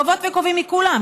גובות וגובים מכולם,